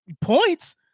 points